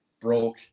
broke